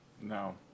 No